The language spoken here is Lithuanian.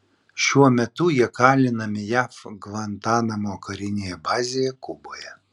šiuo metu jie kalinami jav gvantanamo karinėje bazėje kuboje